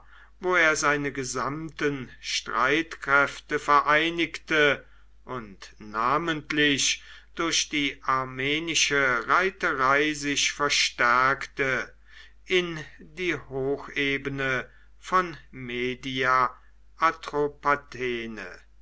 wo er seine gesamten streitkräfte vereinigte und namentlich durch die armenische reiterei sich verstärkte in die hochebene von